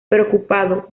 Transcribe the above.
preocupado